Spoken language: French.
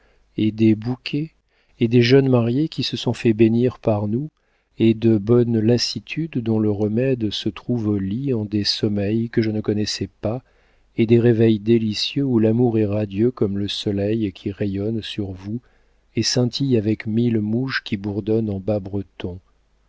et des bouquets et des jeunes mariées qui se sont fait bénir pour nous et de bonnes lassitudes dont le remède se trouve au lit en des sommeils que je ne connaissais pas et des réveils délicieux où l'amour est radieux comme le soleil qui rayonne sur vous et scintille avec mille mouches qui bourdonnent en bas breton